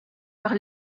par